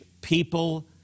people